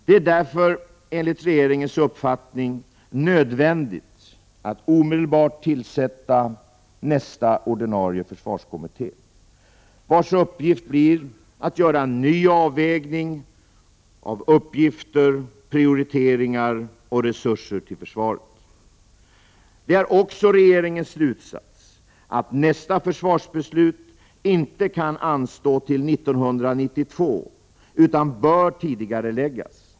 Det är därför enligt regeringens uppfattning nödvändigt att omedelbart tillsätta nästa ordinarie försvarskommitté, vars uppgift blir att göra en ny avvägning av uppgifter, prioriteringar och resurser till försvaret. Det är också regeringens slutsatser att nästa försvarsbeslut inte kan anstå till 1992 utan bör tidigareläggas.